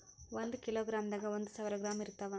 ಒಂದ್ ಕಿಲೋಗ್ರಾಂದಾಗ ಒಂದು ಸಾವಿರ ಗ್ರಾಂ ಇರತಾವ